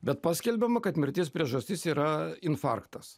bet paskelbiama kad mirties priežastis yra infarktas